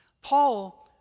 Paul